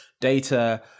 data